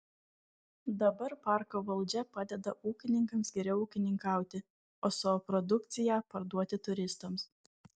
dabar parko valdžia padeda ūkininkams geriau ūkininkauti o savo produkciją parduoti turistams